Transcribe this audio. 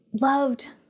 loved